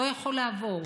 לא יכול לעבור.